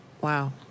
Wow